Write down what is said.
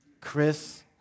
Chris